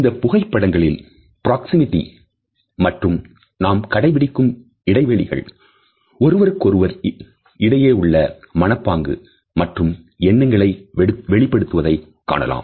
இந்த புகைப்படங்களில் பிராக்சிமிட்டி மற்றும் நாம் கடைபிடிக்கும் இடைவெளிகள் ஒருவருக்கொருவர் இடையே உள்ள மனப்பாங்கு மற்றும் எண்ணங்களை வெளிப் படுவதைக் காணலாம்